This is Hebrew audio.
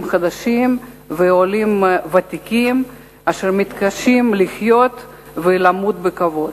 חדשים ועולים ותיקים אשר מתקשים לחיות ולמות בכבוד.